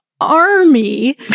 army